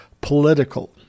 political